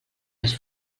les